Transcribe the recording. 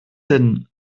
hin